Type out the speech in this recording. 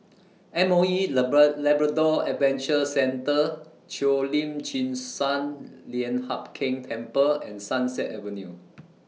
M O E Labrador Adventure Centre Cheo Lim Chin Sun Lian Hup Keng Temple and Sunset Avenue